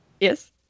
Yes